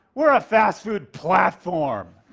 we're a fast-food platform.